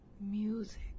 music